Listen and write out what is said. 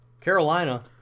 Carolina